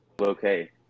okay